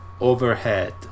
overhead